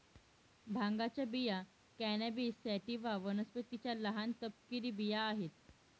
भांगाच्या बिया cannabis sativa वनस्पतीच्या लहान, तपकिरी बिया आहेत